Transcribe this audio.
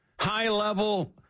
high-level